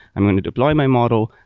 i'm going to deploy my model.